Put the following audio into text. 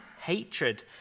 Hatred